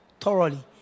thoroughly